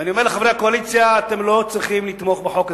אני אומר לחברי הקואליציה: אתם לא צריכים לתמוך בחוק הזה.